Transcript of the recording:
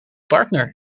partner